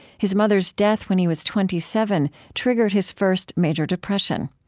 his mother's death, when he was twenty seven, triggered his first major depression.